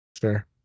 Sure